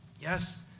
Yes